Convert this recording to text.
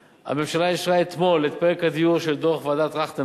הממשלה אישרה אתמול את פרק הדיור של דוח ועדת-טרכטנברג.